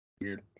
Weird